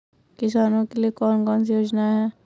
किसानों के लिए कौन कौन सी योजनाएं हैं?